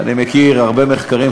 ואני מכיר הרבה מחקרים,